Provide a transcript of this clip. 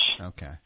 Okay